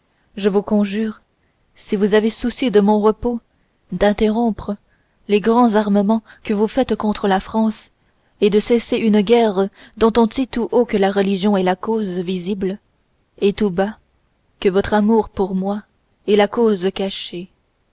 je vous conjure si vous avez souci de mon repos d'interrompre les grands armements que vous faites contre la france et de cesser une guerre dont on dit tout haut que la religion est la cause visible et tout bas que votre amour pour moi est la cause cachée